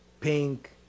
pink